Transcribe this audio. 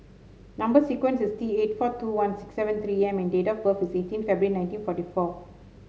number sequence is T eight four two one six seven three M and date of birth is eighteen February nineteen forty four